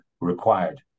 required